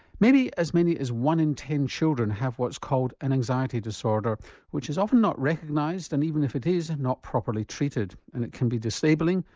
maybe as many as one in ten children have what's called an anxiety disorder which is often not recognised and even if it is, not properly treated. and it can be disabling,